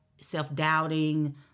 self-doubting